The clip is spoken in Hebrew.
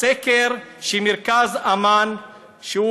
סקר של מרכז אמאן,